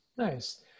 Nice